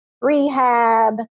rehab